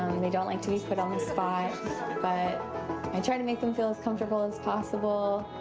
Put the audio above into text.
they don't like to be put on the spot but i try to make them feel as comfortable as possible,